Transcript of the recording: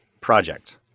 project